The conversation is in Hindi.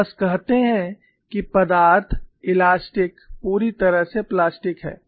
हम बस कहते हैं कि पदार्थ इलास्टिक पूरी तरह से प्लास्टिक है